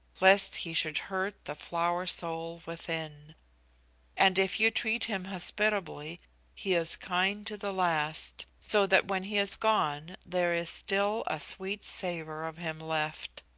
lest he should hurt the flower-soul within and if you treat him hospitably he is kind to the last, so that when he is gone there is still a sweet savor of him left.